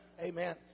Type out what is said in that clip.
Amen